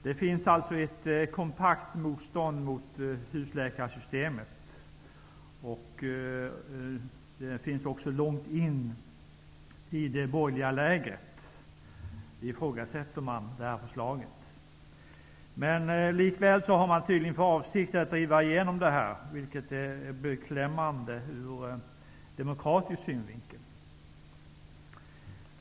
Det finns alltså ett kompakt motstånd mot husläkarsystemet, och även långt inne i det borgerliga lägret ifrågasätter man detta förslag. Men likväl har man tydligen för avsikt att driva igenom förslaget, vilket är beklämmande ur demokratisk synvinkel.